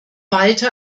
walter